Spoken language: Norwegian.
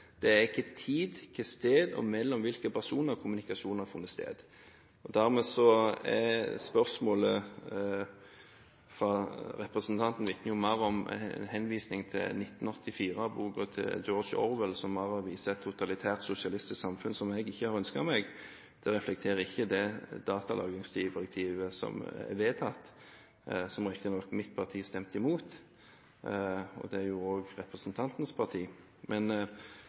det er ikke tid, ikke sted og mellom hvilke personer kommunikasjon har funnet sted. Spørsmålet fra representanten vitner jo mer om en henvisning til «1984» og boka til George Orwell, som viser et totalitært sosialistisk samfunn som jeg ikke har ønsket meg. Det reflekterer ikke det datalagringsdirektivet som er vedtatt – som riktignok mitt parti stemte imot, og det gjorde også representantens parti.